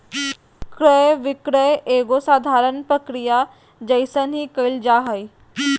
क्रय विक्रय एगो साधारण प्रक्रिया जइसन ही क़इल जा हइ